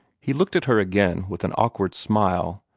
he looked at her again with an awkward smile,